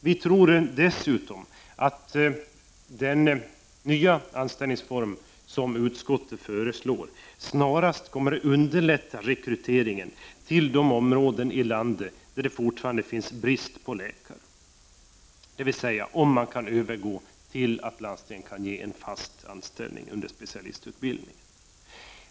Vi tror dessutom att den nya anställningsform som utskottet föreslår snarast kommer att underlätta rekrytering till de områden i landet där det fortfarande är brist på läkare, dvs. om landstingen kan ge fast anställning under specialistutbildningen.